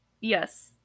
Yes